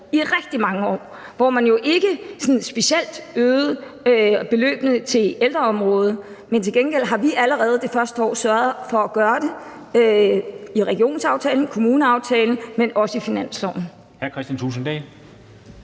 i rigtig mange år – hvor man jo ikke specielt øgede beløbene til ældreområdet, mens vi til gengæld allerede det første år har sørget for at gøre det i regionsaftalen og i kommuneaftalen og også i finansloven. Kl. 14:51 Formanden